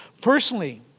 personally